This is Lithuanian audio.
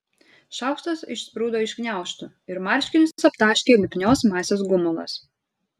šaukštas išsprūdo iš gniaužtų ir marškinius aptaškė lipnios masės gumulas